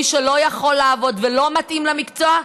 מי שלא יכול לעבוד ולא מתאים למקצוע,